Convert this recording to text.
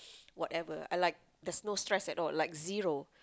whatever I like there's no stress at all like zero